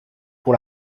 pour